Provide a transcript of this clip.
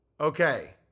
Okay